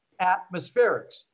atmospherics